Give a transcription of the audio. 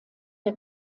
der